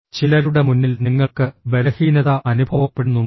ചിലരുടെ മുന്നിൽ നിങ്ങൾക്ക് ബലഹീനത അനുഭവപ്പെടുന്നുണ്ടോ